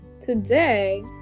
Today